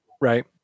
right